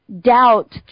doubt